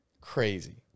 crazy